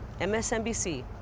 MSNBC